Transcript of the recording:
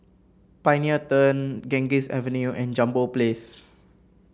Pioneer Turn Ganges Avenue and Jambol Place